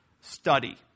study